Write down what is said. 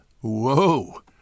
Whoa